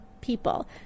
people